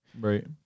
Right